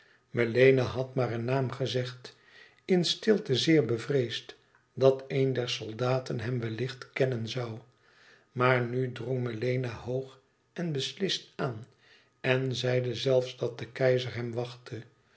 melena had maar een naam gezegd in stilte zeer bevreesd dat een der soldaten hem wellicht kennen zoû maar nu drong melena hoog en beslist aan en zeide zelfs dat de keizer hem wachtte